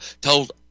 told